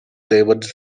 diverged